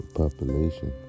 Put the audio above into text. population